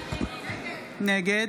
נגד